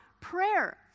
prayer